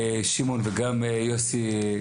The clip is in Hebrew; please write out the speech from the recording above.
שמעון וגם יוסי,